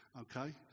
okay